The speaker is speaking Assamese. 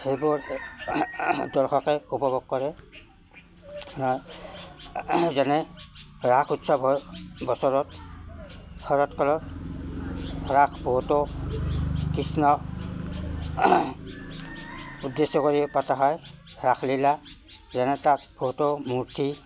সেইবোৰ দৰ্শকে উপভোগ কৰে যেনে ৰাস উৎসৱ হয় বছৰত শৰৎকালত ৰাস বহুতো কৃষ্ণ উদ্দেশ্য কৰি পাতা হয় ৰাসলীলা যেনে তাত বহুতো মূৰ্তি